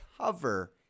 cover